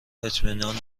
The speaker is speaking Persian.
اطمینان